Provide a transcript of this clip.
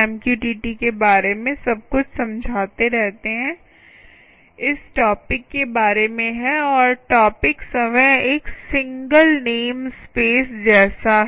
MQTT के बारे में सब कुछ समझाते रहते हैं इस टॉपिक के बारे में है और टॉपिक स्वयं एक सिंगल नेमस्पेस जैसा है